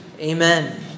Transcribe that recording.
Amen